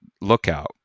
Lookout